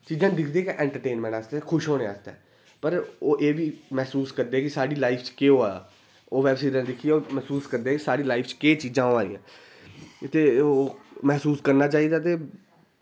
चीजां दिखदे गै ऐंटरटेनमैंट आस्तै खुश होने आस्तै पर ओह् एह् बी मैह्सूस करदे कि साढ़ी लाईफ च केह् होआ दा ओह् वैब सीरिज दिखियै ओह् मैहसूस करदे कि साढ़ी लाईफ च केह् चीजां होआ दियां ते ओह् महसूस करना चाहिदा ते